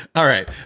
alright.